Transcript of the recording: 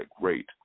great